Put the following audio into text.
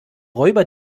räuber